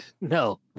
No